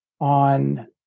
on